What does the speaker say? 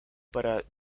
para